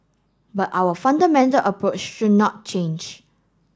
but our fundamental approach should not change